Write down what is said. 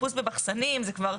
חיפוש במחסנים זה כבר,